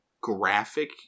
graphic